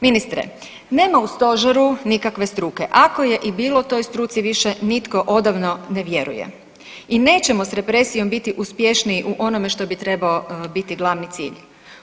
Ministre, nema u stožeru nikakve struke, ako je i bilo toj struci više nitko odavno ne vjeruje i nećemo s represijom biti uspješniji u onome što bi trebao biti glavni cilj.